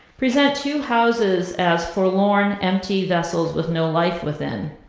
present two houses as forlorn, empty vessels with no life within.